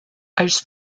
als